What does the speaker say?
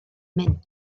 mynd